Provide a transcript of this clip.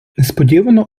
несподівано